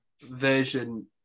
version